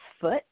foot